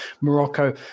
Morocco